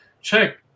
Check